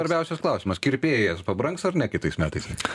svarbiausias klausimas kirpėjas pabrangs ar ne kitais metais